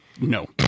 No